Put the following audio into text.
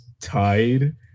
tied